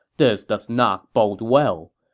this does not bode well.